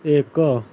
ଏକ